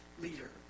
leader